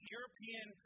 European